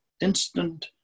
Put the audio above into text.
Instant